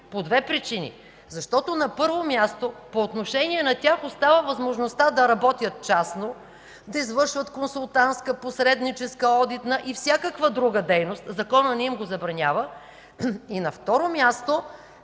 по две причини. Защото, на първо място, по отношение на тях остава възможността да работят частно – да извършват консултантска, посредническа, одитна и всякаква друга дейност. Законът не им го забранява. На второ място,